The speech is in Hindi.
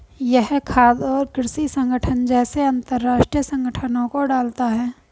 यह खाद्य और कृषि संगठन जैसे अंतरराष्ट्रीय संगठनों को डालता है